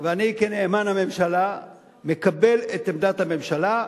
ואני, כנאמן הממשלה, מקבל את עמדת הממשלה.